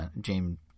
James